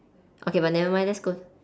okay but never mind let's go